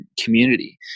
community